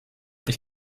ich